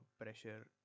pressure